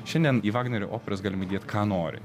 šiandien į vagnerio operas galima įdėt ką nori